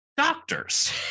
Doctors